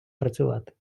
працювати